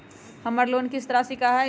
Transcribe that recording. हमर लोन किस्त राशि का हई?